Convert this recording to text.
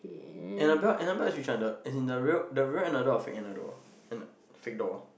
Annabelle Annabelle is which one the as in the real the real Anna doll or fake Anna doll and fake doll